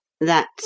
That's